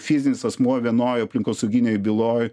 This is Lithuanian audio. fizinis asmuo vienoj aplinkosauginėj byloj